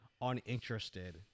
uninterested